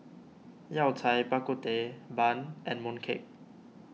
Yao Cai Bak Kut Teh Bun and Mooncake